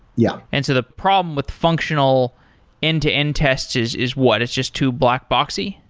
yeah. and so the problem with functional end-to-end tests is is what? it's just to black boxy?